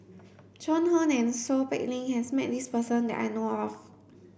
Joan Hon and Seow Peck Leng has met this person that I know of